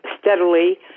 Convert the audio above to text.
steadily